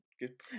Good